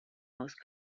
most